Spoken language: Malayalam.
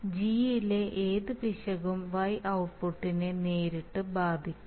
Gയിലെ ഏത് പിശകും y ഔട്ട്പുട്ടിനെ നേരിട്ട് ബാധിക്കും